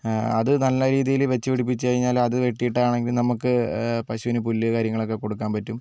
അത് നല്ല രീതിയിൽ വെച്ചുപിടിപ്പിച്ചുകഴിഞ്ഞാൽ അത് വെട്ടിയിട്ടാണെങ്കിലും നമുക്ക് പശുവിന് പുല്ല് കാര്യങ്ങൾ ഒക്കെ കൊടുക്കാൻ പറ്റും